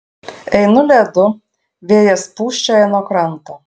einu ledu vėjas pūsčioja nuo kranto